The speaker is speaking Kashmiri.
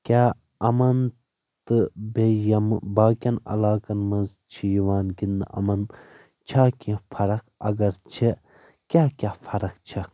کیاہ یِمن تہٕ بیٚیہِ یِمہٕ باقین علاقن منٛز چھِ یِوان گندنہٕ یِمن چھا کیٚنہہ فرق اگر چھِ کیاہ کیاہ فرق چھکھ